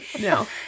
no